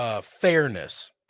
Fairness